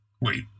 Wait